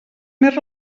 més